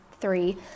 three